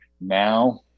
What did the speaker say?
now